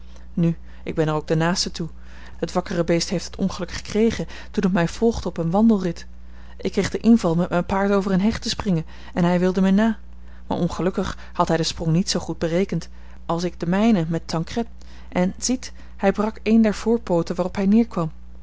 nu ik ben er ook de naaste toe het wakkere beest heeft het ongeluk gekregen toen het mij volgde op een wandelrit ik kreeg den inval met mijn paard over een heg te springen en hij wilde mij na maar ongelukkig had hij den sprong niet zoo goed berekend als ik den mijne met tancred en ziet hij brak een der voorpooten waarop hij